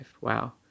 Wow